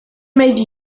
made